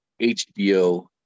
HBO